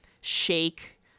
shake